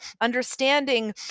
Understanding